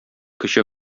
кече